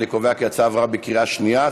אני קובע כי ההצעה עברה בקריאה שנייה,